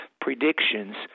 predictions